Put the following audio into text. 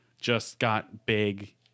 just-got-big